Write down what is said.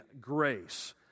grace